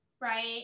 right